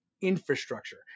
infrastructure